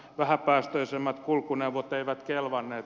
vähäpäästöisemmät kulkuneuvot eivät kelvanneet